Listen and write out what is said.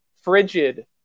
frigid